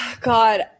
God